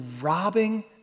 robbing